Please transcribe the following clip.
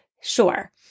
sure